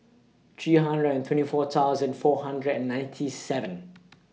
three hundred and twenty four thousand four hundred and ninety seven